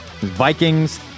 Vikings